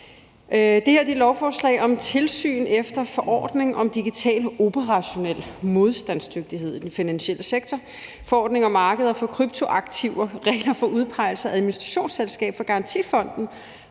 Det her er et lovforslag om tilsyn efter forordning om digital operationel modstandsdygtighed i den finansielle sektor, forordning om markeder for kryptoaktiver, regler for udpegelse af administrationsselskab for Garantifonden